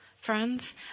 friends